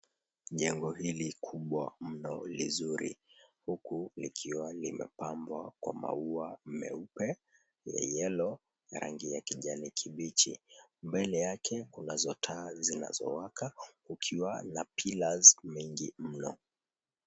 Jengo hili kubwa mno lizuri huku likiwa limepambwa kwa maua meupe le yellow, rangi ya kijani kibichi, mbele yake kunazo taa zinazowaka ukiwa na pillars mingi mno.